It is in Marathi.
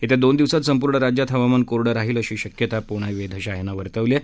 येत्या दोन दिवसात संपूर्ण राज्यात हवामान कोरडं राहील अशी शक्यता पूणे वेधशाळेनं वर्तवली आहे